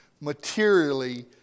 materially